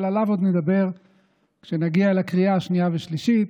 אבל עליו עוד נדבר כשנגיע לקריאה השנייה והשלישית,